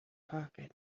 pocket